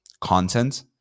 content